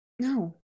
No